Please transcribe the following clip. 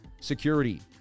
security